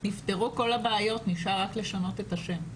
גלי נפתרו כל הבעיות, נשאר לנו רק לשנות את השם...